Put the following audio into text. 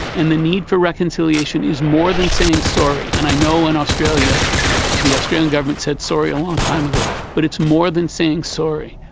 and the need for reconciliation is more than saying sorry. and i know in australia the australian government said sorry a long time ago, but it's more than saying sorry,